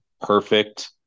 perfect